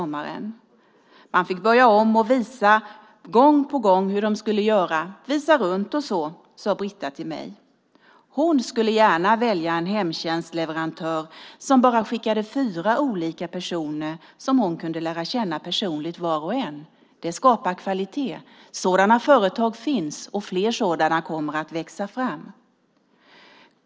Man fick börja om och visa gång på gång hur de skulle göra, visa runt och så. Det sade Britta till mig. Hon skulle gärna välja en hemtjänstsleverantör som skickade bara fyra olika personer som hon kunde lära känna personligen var och en. Det skapar kvalitet. Sådana företag finns det, och fler sådana kommer att växa fram.